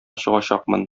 чыгачакмын